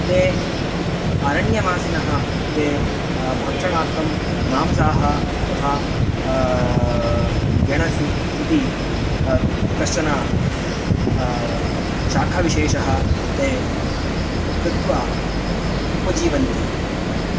ते अरण्यवासिनः ते भक्षणार्थं मांसाः तथा गेणसु इति कश्चन शाकविशेषः ते कृत्वा उपजीवन्ति